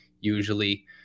usually